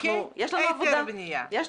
יש לנו עבודה.